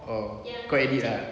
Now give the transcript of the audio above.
oh korang edit ah